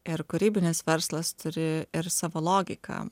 ir kūrybinis verslas turi ir savo logiką